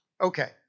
Okay